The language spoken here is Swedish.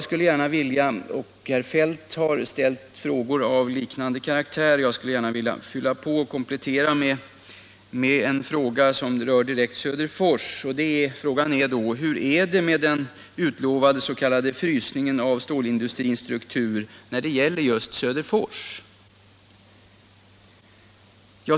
Herr Feldt har ställt frågor av liknande karaktär och jag skulle vilja komplettera med en fråga som direkt berör Söderfors. Jag frågar alltså: 81 Om åtgärder för att säkra sysselsättningen inom Hur är det med den utlovade s.k. frysningen av stålindustrins strukturer just när det gäller Söderfors?